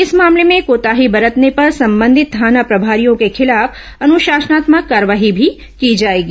इस मामले में कोताही बरतने पर संबंधित थाना प्रभारियों के खिलाफ अनुशानात्मक कार्रवाई भी की जाएगी